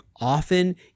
often